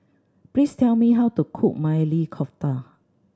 please tell me how to cook Maili Kofta